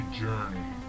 journey